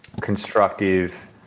constructive